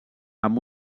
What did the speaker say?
amb